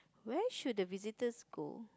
where should the visitors go